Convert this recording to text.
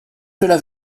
cela